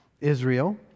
Israel